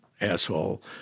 asshole